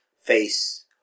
face